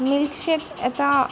milkshake এটা